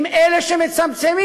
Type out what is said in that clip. עם אלה שמצמצמים,